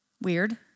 Weird